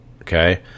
okay